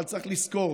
אבל צריך לזכור